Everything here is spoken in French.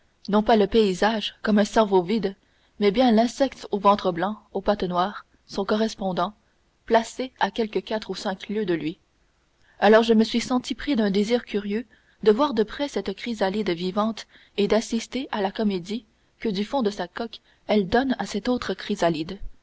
non pas le paysage comme un cerveau vide mais bien l'insecte au ventre blanc aux pattes noires son correspondant placé à quelque quatre ou cinq lieues de lui alors je me suis senti pris d'un désir curieux de voir de près cette chrysalide vivante et d'assister à la comédie que du fond de sa coque elle donne à cette autre chrysalide